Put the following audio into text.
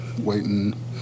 waiting